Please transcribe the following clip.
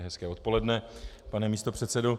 Hezké odpoledne pane místopředsedo.